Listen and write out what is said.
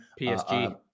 PSG